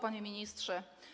Panie Ministrze!